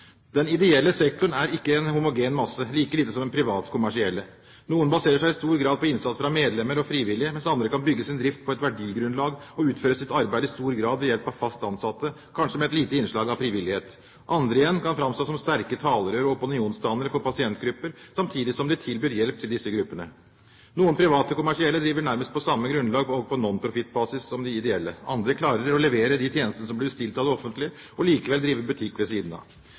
Den ideelle sektoren er ikke en homogen masse, like lite som private kommersielle. Noen baserer seg i stor grad på innsats fra medlemmer og frivillige, mens andre kan bygge sin drift på et verdigrunnlag og utføre sitt arbeid i stor grad ved hjelp av fast ansatte, kanskje med et lite innslag av frivillighet. Andre igjen kan framstå som sterke talerør og opinionsdannere for pasientgrupper, samtidig som de tilbyr hjelp til disse gruppene. Noen private kommersielle driver nærmest på samme grunnlag og på nonprofitbasis som de ideelle. Andre klarer å levere de tjenestene som blir bestilt av det offentlige, og likevel drive butikk ved siden av.